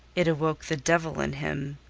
it awoke the devil in him,